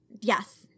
yes